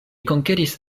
konkeris